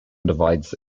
divides